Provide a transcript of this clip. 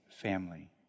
family